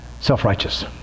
self-righteous